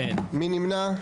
מי נמנע?